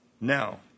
Now